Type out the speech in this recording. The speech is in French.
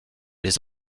les